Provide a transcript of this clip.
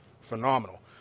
Phenomenal